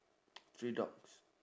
three dogs